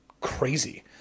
crazy